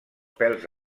pèls